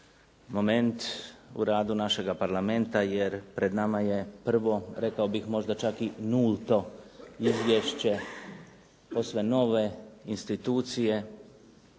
moment u radu našega Parlamenta, jer pred nama je prvo, rekao bih možda čak i nulto izvješće posve nove institucije